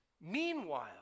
Meanwhile